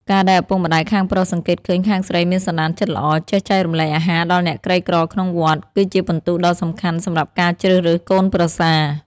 ការដែលឪពុកម្ដាយខាងប្រុសសង្កេតឃើញខាងស្រីមានសន្តានចិត្តល្អ ចេះចែករំលែកអាហារដល់អ្នកក្រីក្រក្នុងវត្ត គឺជាពិន្ទុដ៏សំខាន់សម្រាប់ការជ្រើសរើសកូនប្រសា។